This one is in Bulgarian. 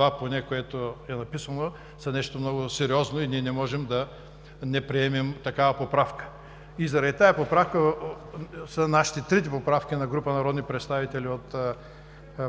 това поне, което е написано, са нещо много сериозно, и ние не можем да не приемем такава поправка. И заради тази поправка са нашите трите поправки на група народни представители от